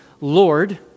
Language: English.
Lord